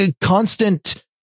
constant